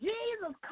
Jesus